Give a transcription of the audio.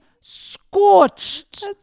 scorched